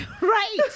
Right